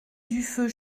dufeu